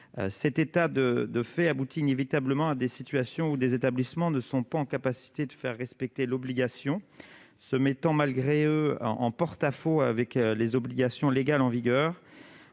Cet état de fait aboutit inévitablement à des situations où des établissements ne sont pas en capacité de faire respecter cette obligation, se mettant malgré eux en porte-à-faux avec les obligations légales en vigueur.